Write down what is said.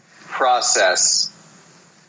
process